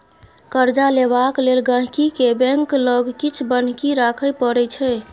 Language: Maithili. कर्जा लेबाक लेल गांहिकी केँ बैंक लग किछ बन्हकी राखय परै छै